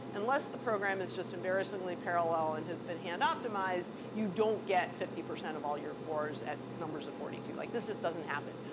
unless the program is just embarrassingly parallel and has been hand-optimized, you don't get fifty percent of all your cores at numbers of forty two. like this just doesn't happen.